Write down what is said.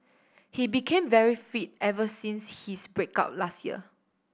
he became very fit ever since his break up last year